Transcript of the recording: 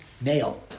nail